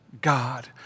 God